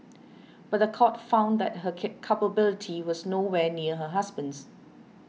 but the court found that her culpability was nowhere near her husband's